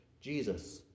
Jesus